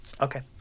Okay